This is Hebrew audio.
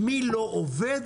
מי לא עובד,